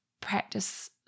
practice